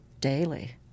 daily